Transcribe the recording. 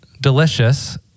delicious